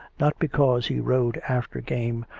not because he rode after game,